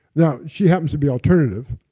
now, she happens to be alternative,